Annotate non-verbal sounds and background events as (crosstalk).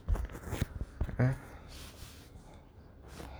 (noise)